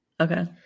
Okay